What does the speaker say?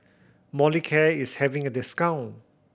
Molicare is having a discount